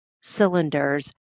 cylinders